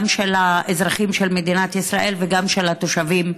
גם של האזרחים של מדינת ישראל וגם של התושבים.